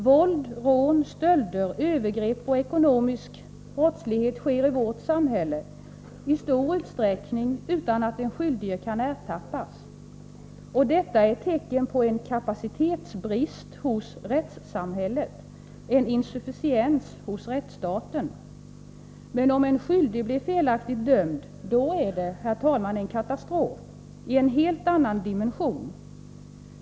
Våld, rån, stölder, övergrepp och ekonomisk brottslighet sker i vårt samhälle i stor utsträckning utan att den skyldige ertappas. Detta är tecken på en kapacitetsbrist hos rättssamhället, en insufficiens hos rättsstaten. Men om en skyldig blir felaktigt dömd är det, herr talman, en katastrof och en brist av en helt annan dimension.